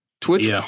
twitch